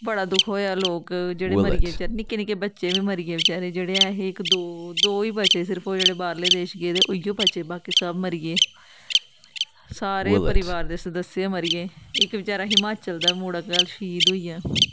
बड़ा दुख होएआ लोक जेह्ड़े मरी गे बचैरे निक्के निक्के बच्चे बी मरी गे जेह्ड़े ऐ हे इक दो दो ही बचे सिर्फ जेह्ड़े बाह्रले देश गेदे हे उऐ बचे बाकी सब मरी गे सारे परिवार दे सदस्य मरी गे इक बचैरा हिमाचल दा मुड़ा कल श्हीद होई गेआ